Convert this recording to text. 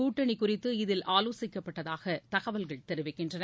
கூட்டணி குறித்து இதில் ஆலோசிக்கப்பட்டதாக தகவல்கள் தெரிவிக்கின்றன